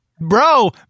Bro